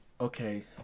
okay